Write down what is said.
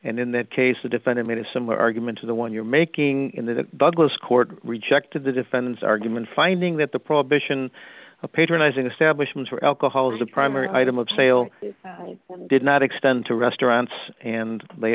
and in that case the defendant made a similar argument to the one you're making in the douglas court rejected the defendant's argument finding that the prohibition of patronizing establishment for alcohol is the primary item of sale did not extend to restaurants and they